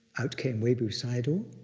out came webu sayadaw,